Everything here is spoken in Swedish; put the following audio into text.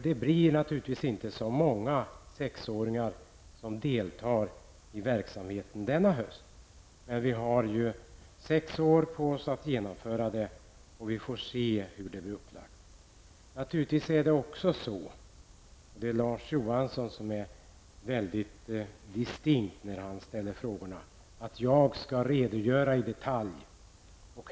Det blir naturligtvis inte så många sexåringar som deltar i verksamheten denna höst, men vi har ju sex år på oss att genomföra detta, och vi får se hur det blir upplagt. Larz Johansson var mycket distinkt när han krävde att jag skulle lämna redogörelser i detalj.